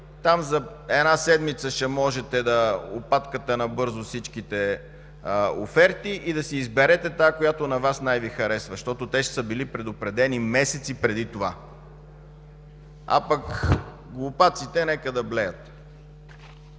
Там за една седмица ще можете да опаткате набързо всичките оферти и да си изберете тази, която на Вас най Ви харесва”, защото те ще са били предупредени месеци преди това. А пък глупаците нека да блеят!